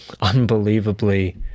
unbelievably